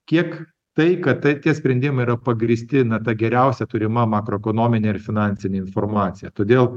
kiek tai kad tie sprendimai yra pagrįsti na ta geriausia turima makroekonominė ir finansinė informacija todėl